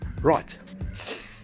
Right